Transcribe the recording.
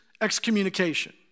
excommunication